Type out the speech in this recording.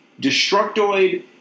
destructoid